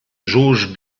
jauge